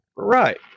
Right